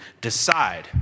decide